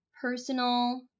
personal